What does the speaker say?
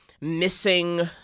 missing